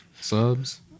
subs